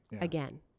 again